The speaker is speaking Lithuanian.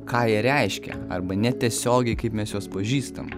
ką jie reiškia arba netiesiogiai kaip mes juos pažįstam